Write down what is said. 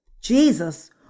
Jesus